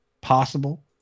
possible